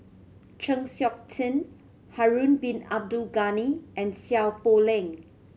Chng Seok Tin Harun Bin Abdul Ghani and Seow Poh Leng